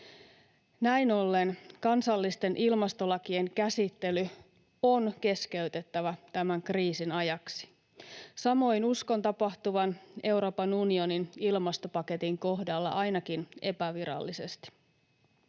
Näin ollen kansallisten ilmastolakien käsittely on keskeytettävä tämän kriisin ajaksi. Samoin uskon tapahtuvan Euroopan unionin ilmastopaketin kohdalla ainakin epävirallisesti.